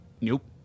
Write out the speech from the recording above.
nope